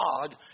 God